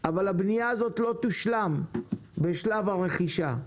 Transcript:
אבל הבנייה הזו לא תושלם בשלב הרכישה.